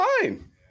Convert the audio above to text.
fine